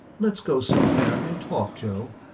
let's go somewhere and talk, joe.